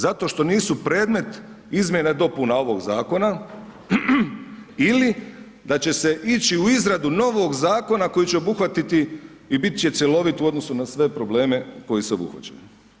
Zato što nisu predmet izmjena i dopuna ovog zakona ili da će se ići u izradu novog zakona koji će obuhvatiti i bit će cjelovit u odnosu na sve probleme koji se obuhvaćaju.